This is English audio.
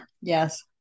Yes